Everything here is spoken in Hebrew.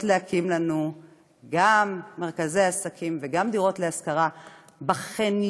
להקים לנו גם מרכזי עסקים וגם דירות להשכרה בחניונים,